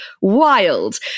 wild